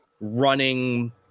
running